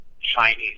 Chinese